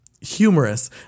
humorous